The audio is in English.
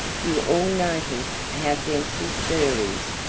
you all noticed how dense his fur is.